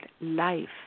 life